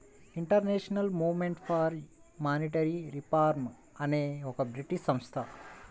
international movement for monetary reform అనేది ఒక British సంస్థ